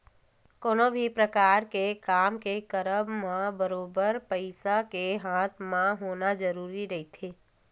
कोनो भी परकार के काम के करब म बरोबर पइसा के हाथ म होना जरुरी रहिथे